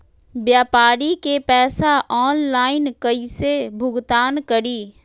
व्यापारी के पैसा ऑनलाइन कईसे भुगतान करी?